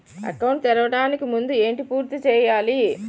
Account తెరవడానికి ముందు ఏంటి పూర్తి చేయాలి?